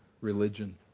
religion